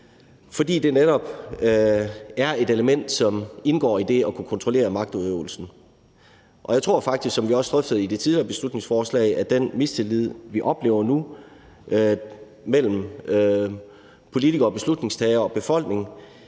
fordi den netop er et element, som indgår i det at kunne kontrollere magtudøvelsen. Og jeg tror faktisk, som vi også drøftede under det tidligere beslutningsforslag, at den mistillid, vi oplever nu mellem politikere, beslutningstagere og befolkning,